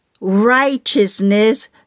righteousness